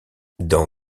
dans